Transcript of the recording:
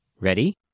Ready